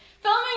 Filming